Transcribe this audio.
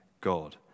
God